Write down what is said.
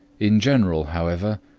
in general, however,